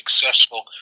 successful